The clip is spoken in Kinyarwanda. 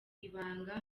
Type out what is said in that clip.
ibanga